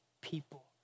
people